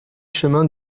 chemin